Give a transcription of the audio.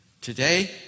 Today